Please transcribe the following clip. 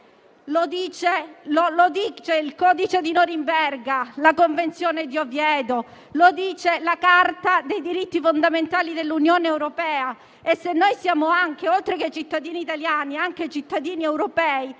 lo dicono il Codice di Norimberga, la Convenzione di Oviedo, la Carta dei diritti fondamentali dell'Unione europea. Noi, oltre che cittadini italiani, siamo anche cittadini europei